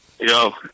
Yo